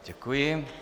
Děkuji.